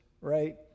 right